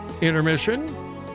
intermission